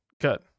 good